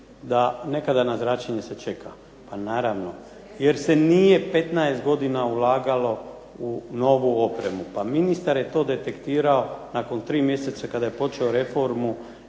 da nekada na zračenje se čeka. Pa naravno, jer se nije 15 godina ulagalo u novu opremu. Pa ministar je to detektirao nakon 3 mjeseca kada je počeo reformu